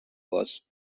was